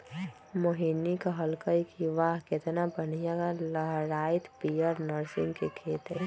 मोहिनी कहलकई कि वाह केतना बनिहा लहराईत पीयर नर्गिस के खेत हई